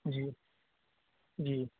جی جی